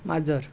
माजर